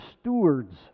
stewards